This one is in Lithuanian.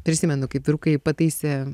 prisimenu kaip vyrukai pataisė